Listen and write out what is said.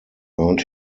earned